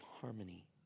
harmony